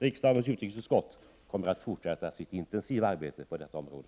Riksdagens utrikesutskott kommer att fortsätta sitt intensiva arbete på detta område.